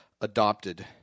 adopted